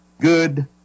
good